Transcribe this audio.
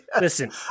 Listen